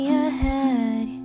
ahead